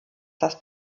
das